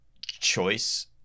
choice